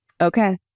Okay